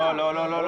לא.